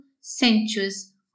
sensuous